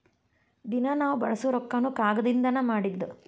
ದಿನಾ ನಾವ ಬಳಸು ರೊಕ್ಕಾನು ಕಾಗದದಿಂದನ ಮಾಡಿದ್ದ